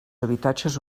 habitatges